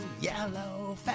yellow